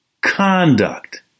conduct